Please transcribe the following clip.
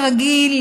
כרגיל,